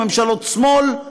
לא ממשלות שמאל,